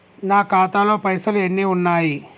నా ఖాతాలో పైసలు ఎన్ని ఉన్నాయి?